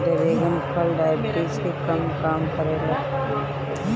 dragon फल diabetes के कम करेला